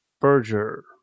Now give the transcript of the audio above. Berger